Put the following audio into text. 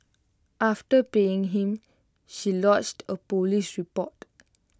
after paying him she lodged A Police report